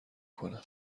کنم